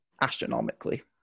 astronomically